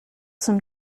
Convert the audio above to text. some